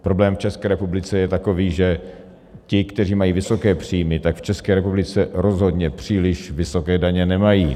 Problém v České republice je takový, že ti, kteří mají vysoké příjmy, tak v České republice rozhodně příliš vysoké daně nemají.